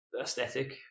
aesthetic